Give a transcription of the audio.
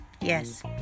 yes